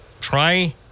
try